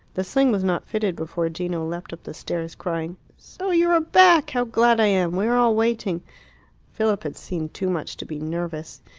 the sling was not fitted before gino leapt up the stairs, crying so you are back! how glad i am! we are all waiting philip had seen too much to be nervous.